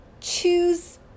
choose